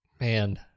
Man